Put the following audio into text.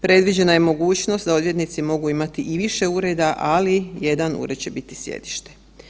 Predviđena je mogućnost da odvjetnici mogu imati i više ureda, ali jedan ured će biti sjedište.